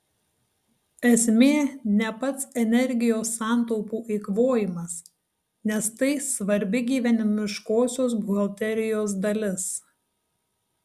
esmė ne pats energijos santaupų eikvojimas nes tai svarbi gyvenimiškosios buhalterijos dalis